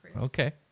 Okay